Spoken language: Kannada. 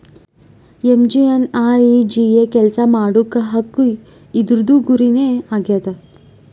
ಎಮ್.ಜಿ.ಎನ್.ಆರ್.ಈ.ಜಿ.ಎ ಕೆಲ್ಸಾ ಮಾಡುವ ಹಕ್ಕು ಇದೂರ್ದು ಗುರಿ ನೇ ಆಗ್ಯದ